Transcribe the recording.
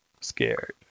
scared